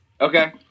Okay